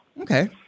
Okay